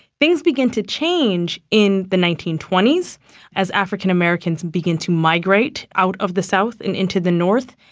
things begin to change in the nineteen twenty s as african americans begin to migrate out of the south and into the north,